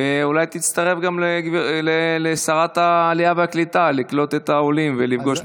ואולי תצטרף גם לשרת העלייה והקליטה לקלוט את העולים ולפגוש.